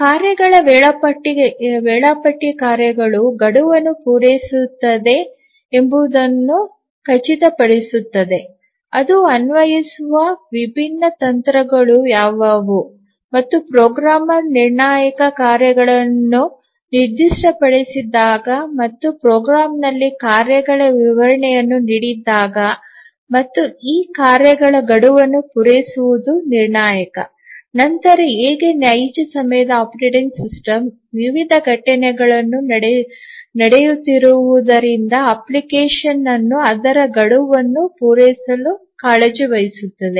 ಕಾರ್ಯಗಳ ವೇಳಾಪಟ್ಟಿ ಕಾರ್ಯಗಳು ಗಡುವನ್ನು ಪೂರೈಸುತ್ತದೆ ಎಂಬುದನ್ನು ಖಚಿತಪಡಿಸುತ್ತದೆ ಅದು ಅನ್ವಯಿಸುವ ವಿಭಿನ್ನ ತಂತ್ರಗಳು ಯಾವುವು ಮತ್ತು ಪ್ರೋಗ್ರಾಮರ್ ನಿರ್ಣಾಯಕ ಕಾರ್ಯಗಳನ್ನು ನಿರ್ದಿಷ್ಟಪಡಿಸಿದಾಗ ಮತ್ತು ಪ್ರೋಗ್ರಾಂನಲ್ಲಿ ಕಾರ್ಯಗಳ ವಿವರಣೆಯನ್ನು ನೀಡಿದಾಗ ಮತ್ತು ಈ ಕಾರ್ಯಗಳ ಗಡುವನ್ನು ಪೂರೈಸುವುದು ನಿರ್ಣಾಯಕ ನಂತರ ಹೇಗೆ ನೈಜ ಸಮಯದ ಆಪರೇಟಿಂಗ್ ಸಿಸ್ಟಮ್ ವಿವಿಧ ಘಟನೆಗಳು ನಡೆಯುತ್ತಿರುವುದರಿಂದ ಅಪ್ಲಿಕೇಶನ್ ಅನ್ನು ಅದರ ಗಡುವನ್ನು ಪೂರೈಸಲು ಕಾಳಜಿ ವಹಿಸುತ್ತದೆ